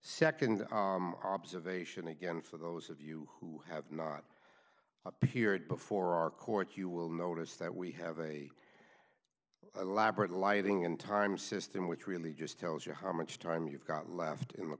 nd observation again for those of you who have not appeared before our court you will notice that we have a labrat lighting in time system which really just tells you how much time you've got left in the